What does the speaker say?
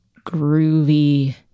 groovy